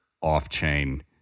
off-chain